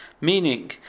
meaning